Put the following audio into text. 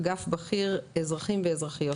אגף בכיר אזרחים ואזרחיות,